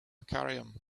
cairum